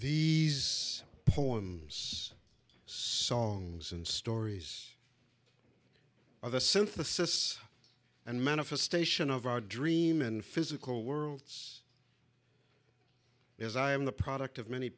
these poems songs and stories are the synthesis and manifestation of our dream and physical worlds is i am the product of many